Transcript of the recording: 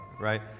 right